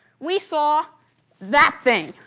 we saw that thing.